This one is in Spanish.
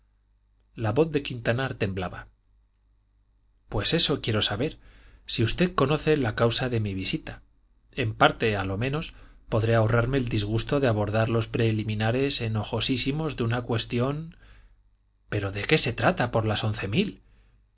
la voz de quintanar temblaba pues eso quiero saber si usted conoce la causa de mi visita en parte a lo menos podré ahorrarme el disgusto de abordar los preliminares enojosísimos de una cuestión pero de qué se trata por las once mil